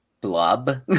blob